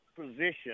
position